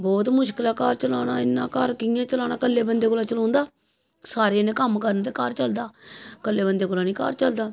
बौह्त मुशकल ऐ घर चलाना इ'यां घर कि'यां चलाना कल्ले बंदे कोला चलोंदा सारे जने कम्म करन ते घर चलदा कल्ले बंदे कोला निं घर चलदा